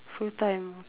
full time okay